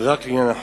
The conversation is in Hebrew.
רק לעניין החוק.